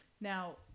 Now